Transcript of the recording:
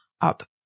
up